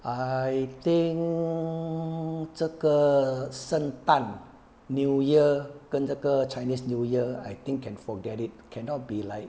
I think 这个圣诞 new year 跟这个 chinese new year I think can forget it cannot be like